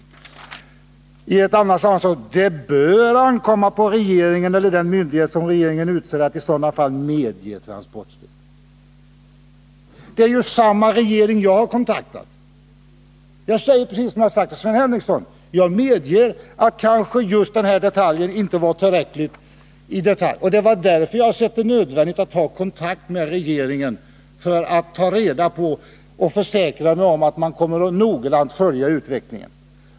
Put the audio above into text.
Vidare heter det: ”Det bör ankomma på regeringen eller den myndighet som regeringen utser att i sådana fall medge fortsatt transportstöd.” Det är samma regering jag har kontaktat. Jag säger precis som jag sade till Sven Henricsson: Jag medger att kanske just den här saken inte var tillräckligt i detalj genomarbetad, och det är därför jag har ansett det nödvändigt att ta kontakt med regeringen för att försäkra mig om att man kommer att noggrant följa utvecklingen.